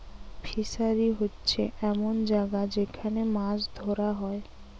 fishery হোচ্ছে এমন জাগা যেখান মাছ ধোরা হয়